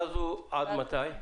עד מתי ההוראה הזו?